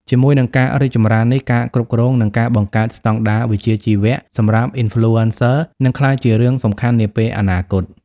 ជាមួយនឹងការរីកចម្រើននេះ ការគ្រប់គ្រង និងការបង្កើតស្តង់ដារវិជ្ជាជីវៈសម្រាប់ Influencer នឹងក្លាយជារឿងសំខាន់នាពេលអនាគត។